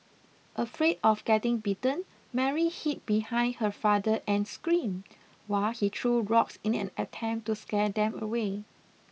afraid of getting bitten Mary hid behind her father and screamed while he threw rocks in an attempt to scare them away